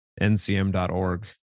ncm.org